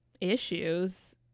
issues